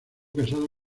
casada